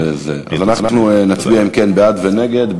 אז אנחנו נצביע אם כן בעד ונגד.